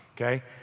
okay